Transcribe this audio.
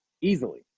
easily